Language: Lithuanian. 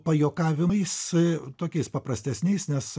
pajuokavimais tokiais paprastesniais nes